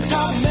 Talk